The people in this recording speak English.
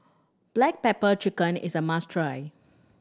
black pepper chicken is a must try